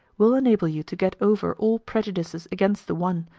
will enable you to get over all prejudices against the one,